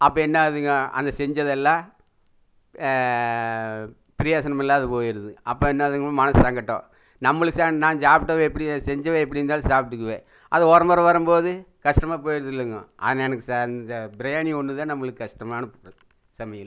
அப்போ என்னாகுதுங்க அந்த செஞ்சதெல்லாம் ப்ரயோசனம் இல்லாம போயிடுது அப்போ என்னாகுதுங்க மனசு சங்கடம் நம்மள நான் சாப்டுவேன் எப்படியோ செஞ்சவன் எப்படி இருந்தாலும் சாப்பிட்டுக்குவேன் அது ஒரம்பரை வரும் போது கஷ்டமாக போயிடுதில்லைங்கோ அது எனக்கு பிரியாணி ஒன்று தான் நம்மளுக்கு கஷ்டமான ஃபுட்டு சமையல்